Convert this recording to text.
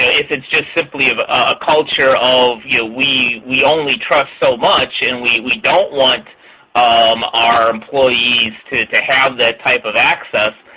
if it's just simply a ah culture of yeah we we only trust so much, and we we don't want um our employees to to have that type of access,